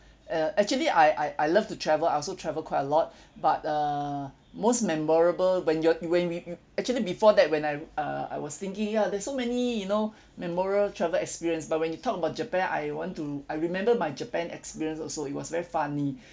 uh actually I I I love to travel I also travel quite a lot but err most memorable when you're when we w~ actually before that when I uh I was thinking ya there's so many you know memorable travel experience but when you talk about japan I want to I remember my japan experience also it was very funny